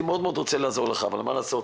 מאוד רוצה לעזור אבל אין לי מה לעשות,